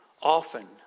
Often